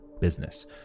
business